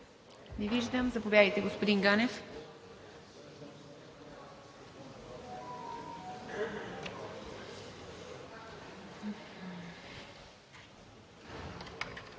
Не виждам. Заповядайте, господин Ганев.